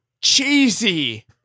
cheesy